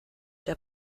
der